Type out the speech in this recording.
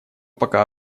пока